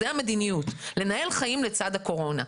זו המדיניות המדיניות היא לנהל חיים לצד הקורונה.